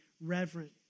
reverent